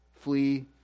flee